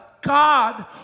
God